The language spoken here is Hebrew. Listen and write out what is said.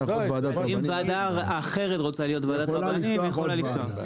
אם ועדה אחרת רוצה להיות ועדת רבנים היא יכולה לפתוח.